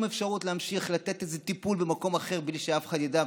אפשרות להמשיך לתת איזה טיפול במקום אחר בלי שאף אחד ידע,